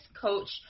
coach